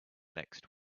next